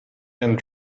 and